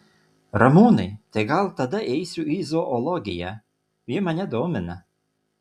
ramūnai tai gal tada eisiu į zoologiją ji mane domina